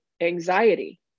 anxiety